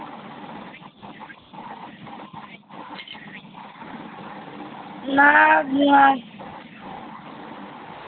না না